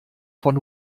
von